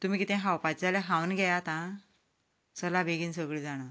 तुमी कितें खावपाचें जाल्यार खावन घेयात आं चला बेगीन सगळीं जाणा